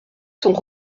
sont